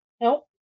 Nope